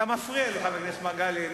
אתה מפריע לי, חבר הכנסת מגלי.